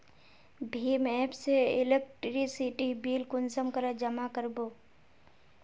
भीम app से electricity bill कुंसम करे जमा कर बो?